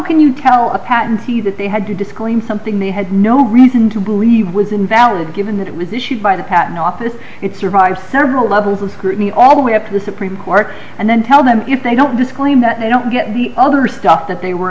can you tell a patentee that they had to disclaim something they had no reason to believe was invalid given that it was issued by the patent office it survived several levels of scrutiny all the way up to the supreme court and then tell them if they don't disclaim that they don't get the other stuff that they were